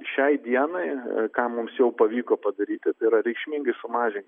šiai dienai ką mums jau pavyko padaryti tai yra reikšmingai sumažin